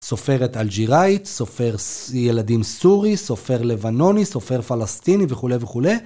סופרת אלג'יראית, סופר ילדים סורי, סופר לבנוני, סופר פלסטיני וכולי וכולי.